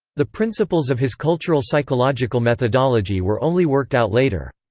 the principles of his cultural psychological methodology were only worked out later.